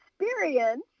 experience